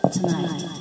Tonight